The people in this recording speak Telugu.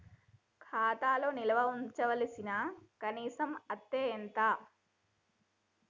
ఖాతా లో నిల్వుంచవలసిన కనీస అత్తే ఎంత?